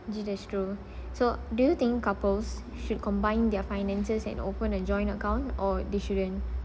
that's true so do you think couples should combine their finances and open a joint account or they shouldn't